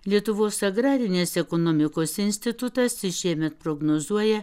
lietuvos agrarinės ekonomikos institutas ir šiemet prognozuoja